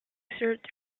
exert